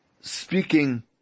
speaking